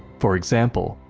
for example,